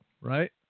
Right